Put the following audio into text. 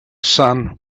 sun